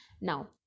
Now